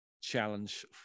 challenge